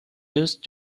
used